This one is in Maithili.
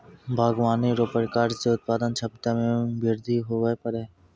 बागवानी रो प्रकार से उत्पादन क्षमता मे बृद्धि हुवै पाड़ै